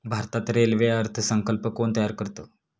भारतात रेल्वे अर्थ संकल्प कोण तयार करतं?